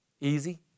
easy